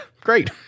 great